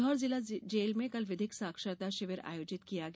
सीहोर जिला जेल में कल विधिक साक्षरता शिविर आयोजित किया गया